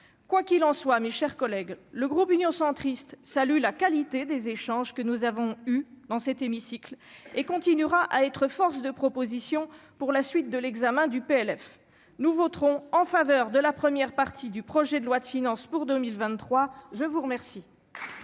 quoi qu'il en soit, mes chers collègues, le groupe Union centriste salue la qualité des échanges que nous avons eu dans cet hémicycle et continuera à être force de propositions pour la suite de l'examen du PLF nous voterons en faveur de la première partie du projet de loi de finances pour 2023 je vous remercie.